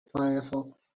firefox